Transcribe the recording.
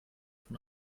von